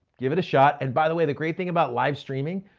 give it a shot. and by the way, the great thing about live streaming,